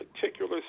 particular